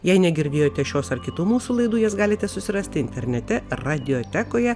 jei negirdėjote šios ar kitų mūsų laidų jas galite susirasti internete radiotekoje